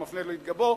והוא מפנה לי את גבו,